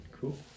Cool